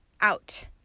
out